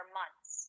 months